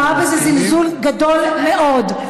אני רואה בזה זלזול גדול מאוד,